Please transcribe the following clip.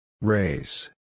Race